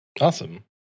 Awesome